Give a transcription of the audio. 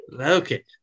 Okay